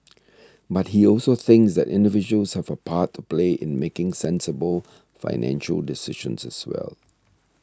but he also thinks that individuals have a part to play in making sensible financial decisions as well